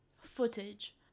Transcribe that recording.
footage